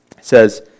says